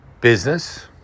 business